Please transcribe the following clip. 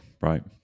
right